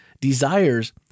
desires